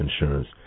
insurance